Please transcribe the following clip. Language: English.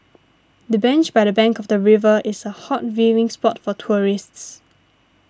the bench by the bank of the river is a hot viewing spot for tourists